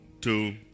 two